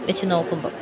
വെച്ച് നോക്കുമ്പം